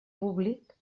públic